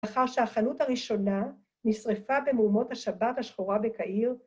ל‫אחר שהחנות הראשונה, נשרפה ‫במהומות השבת השחורה בקהיר.